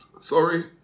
sorry